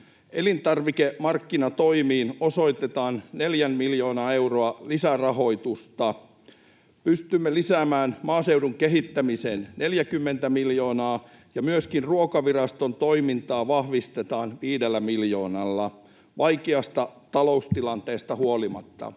Elintarvikemarkkinatoimiin osoitetaan 4 miljoonaa euroa lisärahoitusta. Pystymme lisäämään maaseudun kehittämiseen 40 miljoonaa, ja myöskin Ruokaviraston toimintaa vahvistetaan 5 miljoonalla vaikeasta taloustilanteesta huolimatta.